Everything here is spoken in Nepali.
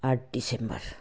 आठ डिसेम्बर